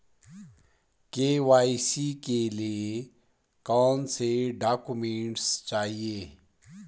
KYC के लिए कौनसे डॉक्यूमेंट चाहिये?